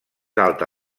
alta